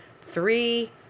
Three